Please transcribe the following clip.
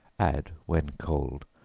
add, when cold,